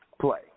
play